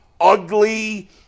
ugly